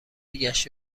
گشت